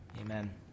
Amen